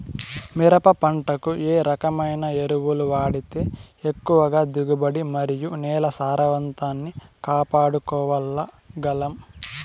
మిరప పంట కు ఏ రకమైన ఎరువులు వాడితే ఎక్కువగా దిగుబడి మరియు నేల సారవంతాన్ని కాపాడుకోవాల్ల గలం?